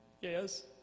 Yes